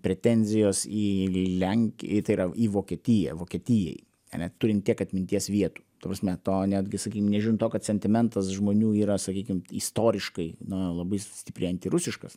pretenzijos į lenk tai yra į vokietiją vokietijai ane turint tiek atminties vietų ta prasme to netgi sakym nežiūrint to kad sentimentas žmonių yra sakykim istoriškai na labai stipriai antirusiškas